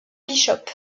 bishop